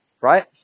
Right